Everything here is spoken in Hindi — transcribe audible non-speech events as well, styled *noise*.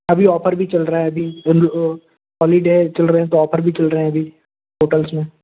अभी ऑफर भी चल रहा है अभी *unintelligible* हॉलीडे चल रहे हैं तो ऑफर भी चल रहे हैं अभी होटल्स में